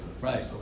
Right